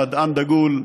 מדען דגול.